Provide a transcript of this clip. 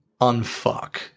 unfuck